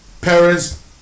Parents